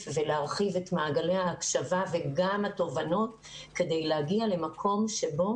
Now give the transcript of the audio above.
ולהרחיב את מעגלי ההקשבה ואת התובנות כדי להגיע למקום שבו